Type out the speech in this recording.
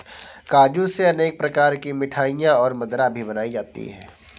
काजू से अनेक प्रकार की मिठाईयाँ और मदिरा भी बनाई जाती है